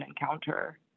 encounter